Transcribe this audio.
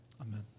amen